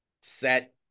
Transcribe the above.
set